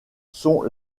sont